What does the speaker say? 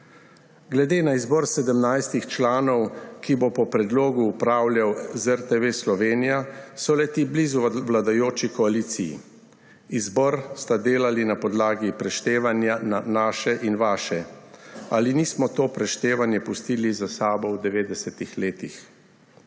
Glede na izbor 17 članov, ki bo po predlogu upravljal z RTV Slovenija, so le-ti blizu vladajoči koaliciji. Izbor sta delali na podlagi preštevanja na naše in vaše. Ali nismo to preštevanje pustili za seboj v 90. letih?